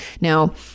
Now